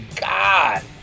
God